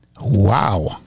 Wow